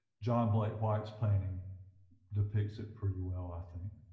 john blake white's painting depicts it pretty well i think